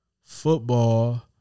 football